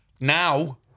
now